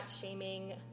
shaming